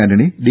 Antony D